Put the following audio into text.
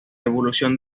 evolución